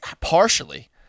partially